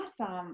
awesome